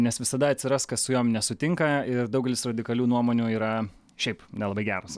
nes visada atsiras kas su jom nesutinka ir daugelis radikalių nuomonių yra šiaip nelabai geros